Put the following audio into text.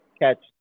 catch